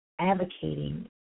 advocating